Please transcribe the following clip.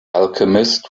alchemist